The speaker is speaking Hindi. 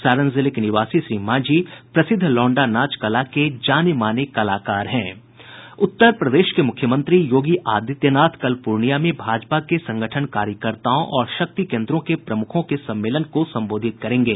सारण जिले के निवासी श्री मांझी प्रसिद्ध लौंडा नाच कला के जाने माने कलाकार हैं उत्तर प्रदेश के मुख्यमंत्री योगी आदित्यनाथ कल पूर्णिया में भाजपा के संगठन कार्यकर्ताओं और शक्ति केन्द्रों के प्रमुखों के सम्मेलन को संबोधित करेंगे